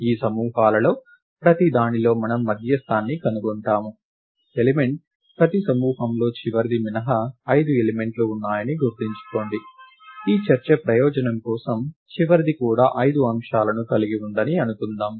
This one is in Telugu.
ఈ సమూహాలలో ప్రతిదానిలో మనము మధ్యస్థాన్ని కనుగొంటాము ఎలిమెంట్ ప్రతి సమూహంలో చివరిది మినహా 5 ఎలిమెంట్లు ఉన్నాయని గుర్తుంచుకోండి ఈ చర్చ ప్రయోజనం కోసం చివరిది కూడా 5 అంశాలను కలిగి ఉందని అనుకుందాం